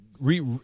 re